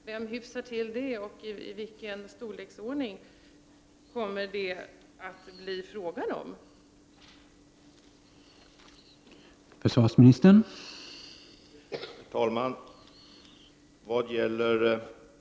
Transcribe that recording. Vem hyfsar till det, och vilken storlek kommer det att bli fråga om på priset?